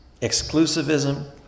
exclusivism